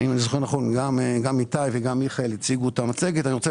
אם אני זוכר נכון גם איתי וגם מיכאל הציגו את המצגת ואני רוצה